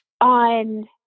on